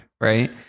Right